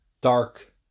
dark